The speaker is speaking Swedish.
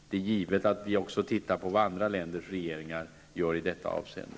Det är givet att vi också tittar på vad andra länders regeringar gör i detta avseende.